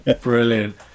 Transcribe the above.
brilliant